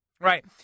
Right